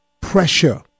Pressure